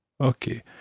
Okay